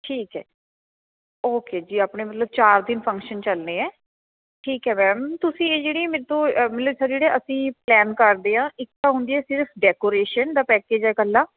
ਠੀਕ ਹੈ ਓਕੇ ਜੀ ਆਪਣੇ ਵੱਲੋਂ ਚਾਰ ਦਿਨ ਫੰਕਸ਼ਨ ਚੱਲਨੇ ਹੈ ਠੀਕ ਹੈ ਮੈਮ ਤੁਸੀਂ ਇਹ ਜਿਹੜੇ ਮੇਰੇ ਤੋਂ ਮਤਲਬ ਜਿਹੜੇ ਅਸੀਂ ਪਲੇਨ ਕਰਦੇ ਆ ਇੱਕ ਤਾਂ ਹੁੰਦੀ ਹੈ ਸਿਰਫ਼ ਡੈਕਰੋਸ਼ਨ ਦਾ ਪੈਕਿਜ ਹੈ ਕੱਲਾ